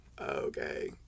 okay